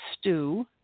stew